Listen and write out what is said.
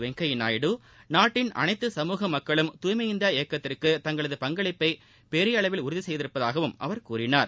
வெங்கையா நாயுடு நாட்டின் அனைத்து சமூக மக்களும் தூய்மை இந்தியா இயக்கத்திற்கு தங்களது பங்களிப்பை பெரிய அளவில் உறுதி செய்திருப்பதாகவும் அவர் கூறினார்